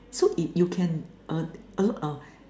so if you can uh alert uh